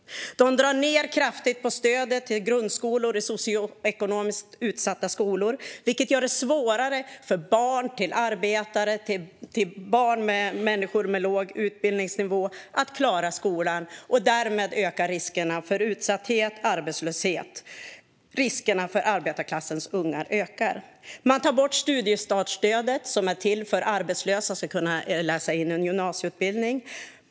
De drar ned kraftigt på stödet till grundskolor i socioekonomiskt utsatta områden, vilket gör det svårare för barn till arbetare och till människor med låg utbildningsnivå att klara skolan. Därmed ökar riskerna för utsatthet och arbetslöshet. Riskerna för arbetarklassens ungar ökar. De tar bort studiestartsstödet, som är till för att arbetslösa ska kunna läsa in en gymnasieutbildning.